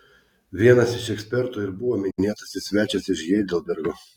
vienas iš ekspertų ir buvo minėtasis svečias iš heidelbergo